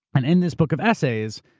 and in this book of essays,